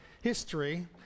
history